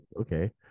okay